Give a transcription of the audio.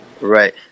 Right